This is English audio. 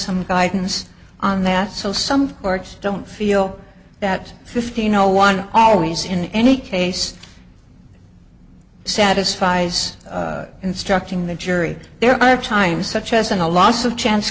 some guidance on that so some courts don't feel that fifteen zero one always in any case satisfies instructing the jury there are times such as in a loss of chance